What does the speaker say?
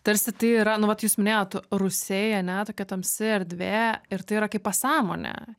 tarsi tai yra nu vat jūs minėjot rūsiai ane tokia tamsi erdvė ir tai yra kaip pasąmonė